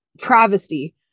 travesty